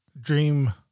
dream